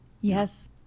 yes